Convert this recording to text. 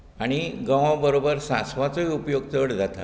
आनी गंवा बरोबर सांस्वांचोय उपयोग चड जाता